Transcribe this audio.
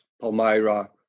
Palmyra